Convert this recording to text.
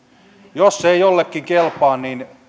jos se ei jollekin kelpaa niin